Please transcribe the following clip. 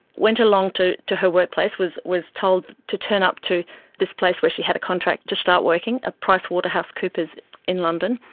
went along to to her workplace, was was told to turn up to this place where she had a contract to start working at ah pricewaterhousecoopers in london,